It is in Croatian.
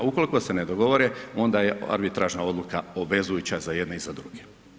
Ukoliko se ne dogovore, onda je arbitražna odluka obvezujuća za jedne i za druge.